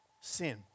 sin